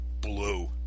blue